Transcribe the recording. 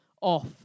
off